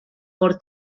por